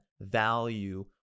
value